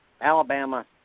Alabama